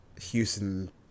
Houston